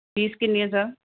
fees ਕਿੰਨੀ ਆ sir